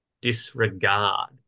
disregard